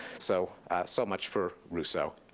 so so much for rousseau.